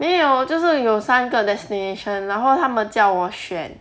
没有就是有三个 destination 然后他们叫我选